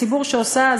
ציבור שעושה,